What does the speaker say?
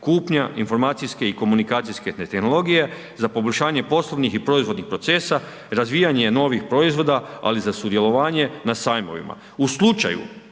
kupnja informacijske i komunikacijske tehnologije za poboljšanje poslovnih i proizvodnih procesa, razvijanje novih proizvoda ali i za sudjelovanje na sajmovima.“ Ovo su